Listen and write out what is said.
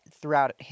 throughout